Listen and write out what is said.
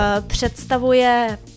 představuje